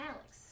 Alex